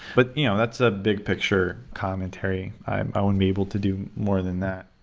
but you know that's a big picture commentary. i wouldn't be able to do more than that.